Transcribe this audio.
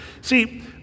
See